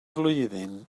flwyddyn